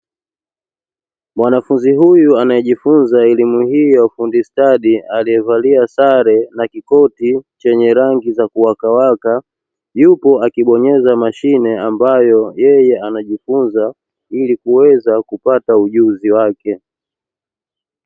Mwanafunzi huyu anayejifunza elimu hii ya ufundi stadi, aliyevalia sare na kikoti chenye rangi za kuwaka waka yupo akibonyeza mashine ambayo yeye anajifunza ili kuweza kupata ujuzi wake.